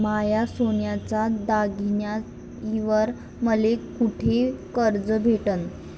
माया सोन्याच्या दागिन्यांइवर मले कुठे कर्ज भेटन?